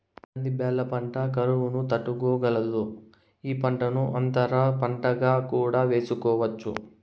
కంది బ్యాళ్ళ పంట కరువును తట్టుకోగలదు, ఈ పంటను అంతర పంటగా కూడా వేసుకోవచ్చు